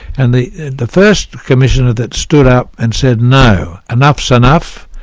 and the the first commissioner that stood up and said no, enough's enough,